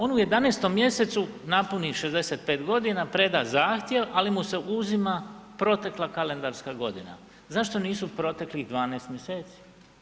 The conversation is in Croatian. On u 11. mj. napuni 65 g., preda zahtjev ali mu se uzima protekla kalendarska godina. zašto nisu proteklih 12. mjeseci?